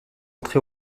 entrée